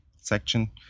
section